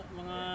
mga